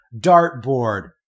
dartboard